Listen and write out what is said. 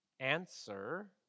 answer